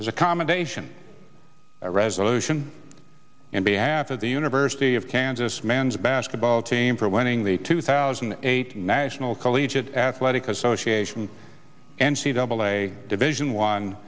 as a commendation resolution in behalf of the university of kansas men's basketball team for winning the two thousand and eight national collegiate athletic association and see double a division one